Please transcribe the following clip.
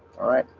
alright,